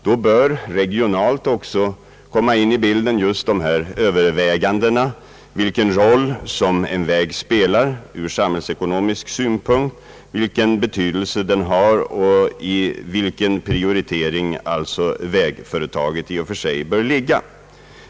Då bör regionalt också komma in i bilden just dessa överväganden, alltså vilken roll en väg spelar ur samhällsekonomisk synpunkt, vilken betydelse den har och vilken prioritering vägföretaget i och för sig bör ges.